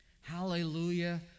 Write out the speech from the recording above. Hallelujah